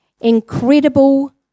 incredible